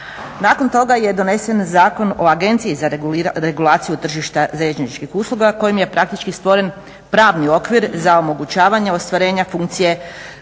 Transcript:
Nakon toga je donesen Zakon o Agenciji za regulaciju tržišta željezničkih usluga kojim je praktički stvoren pravni okvir za omogućavanje ostvarenja funkcije